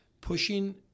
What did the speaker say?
Pushing